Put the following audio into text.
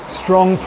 strong